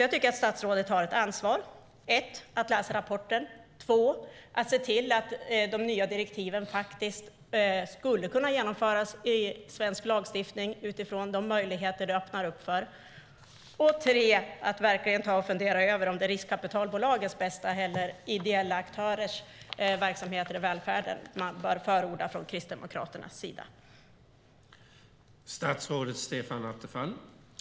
Jag tycker att statsrådet har ett ansvar att för det första läsa rapporten, för det andra se till att de nya direktiven kan införas i svensk lagstiftning, utifrån de möjligheter det öppnar upp, och för det tredje att verkligen fundera på om det är riskkapitalbolagens bästa eller ideella aktörers verksamhet i välfärden man från Kristdemokraternas sida bör förorda.